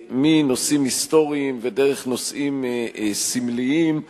מנושאים היסטוריים, דרך נושאים סמליים,